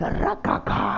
ragaga